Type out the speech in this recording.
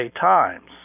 Times